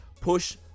push